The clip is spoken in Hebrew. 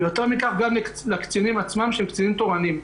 יותר מכך, גם לקצינים עצמם שהם קצינים תורניים.